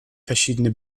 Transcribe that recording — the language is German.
verschiedene